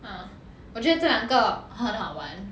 嗯我觉得这两个很好玩